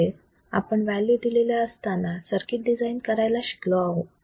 तसेच आपण व्हॅल्यू दिलेल्या असताना सर्किट डिझाईन करायला शिकलो आहोत